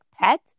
pet